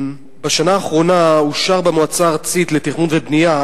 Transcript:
בשנה האחרונה אושר במועצה הארצית לתכנון ובנייה